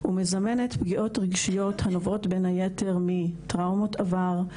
ומזמנת פגיעות רגשיות הנובעות בין היתר מטראומות עבר,